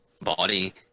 body